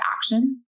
action